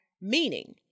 Meaning